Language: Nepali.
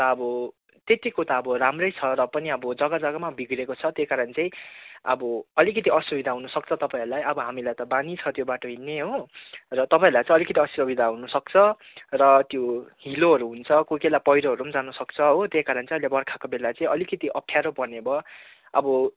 ता अब त्यत्तिको ता अब राम्रै छ र पनि अब जग्गा जग्गामा बिग्रेको छ त्यही कारण चाहिँ अब अलिकति असुविधा हुनुसक्छ तपाईँहरूलाई अब हामीलाई त बानी छ त्यो बाटो हिँड्ने हो र तपाईँहरूलाई चाहिँ अलिकति असुविधा हुनुसक्छ र त्यो हिलोहरू हुन्छ कोही कोही बेला पहिरोहरू पनि जानुसक्छ हो त्यही कारण चाहिँ अहिले बर्खाको बेला चाहिँ अलिकति अप्ठ्यारो पर्नेभयो अब